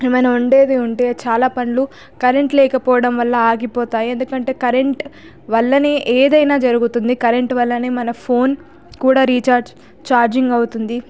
మనం వండేది ఉంటే చాలా పనులు కరెంటు లేకపోవడం వల్ల ఆగిపోతాయి ఎందు వల్లనే ఏదైనా జరుగుతుంది కరెంటు వల్లనే మన ఫోన్ కూడా రీఛార్జ్ ఛార్జింగ్ అవుతుంది